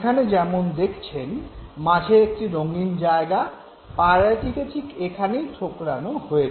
এখানে যেমন দেখছেন মাঝে একটি রঙিন জায়গা পায়রাটিকে ঠিক এখানেই ঠোকরানো হয়েছিল